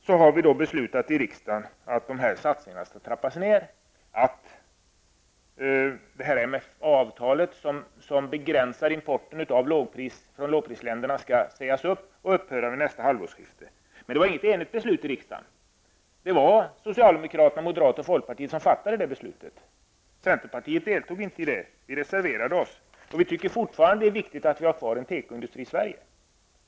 Så har vi fattat beslut i riksdagen om att satsningarna skall trappas ned och det avtal som begränsar import från lågprisländerna skall sägas upp och upphöra vid nästa halvårsskifte. Det var inte ett enigt riksdagsbeslut. Det var socialdemokraterna, moderaterna och folkpartiet som fattade beslutet, centern deltog inte, utan vi reserverade oss. Vi tycker fortfarande att det är viktigt att vi har tekoindustri i Sverige.